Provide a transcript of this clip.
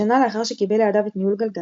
אחד השינויים החשובים ביותר שביצעה גלגלצ